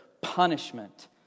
punishment